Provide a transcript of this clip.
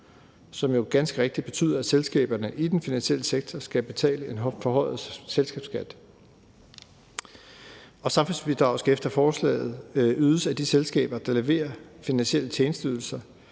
jo ganske rigtigt betyder, at selskaberne i den finansielle sektor skal betale en forhøjet selskabsskat. Samfundsbidraget skal efter forslaget ydes af de selskaber, der leverer finansielle tjenesteydelser,